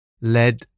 led